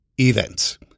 events